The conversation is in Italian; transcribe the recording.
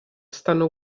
stanno